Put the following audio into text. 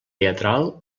teatral